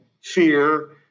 fear